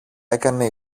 έκανε